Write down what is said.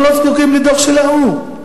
אנחנו לא זקוקים לדוח של האו"ם.